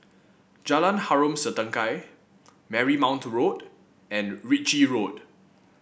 Jalan Harom Setangkai Marymount Road and Ritchie Road